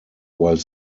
while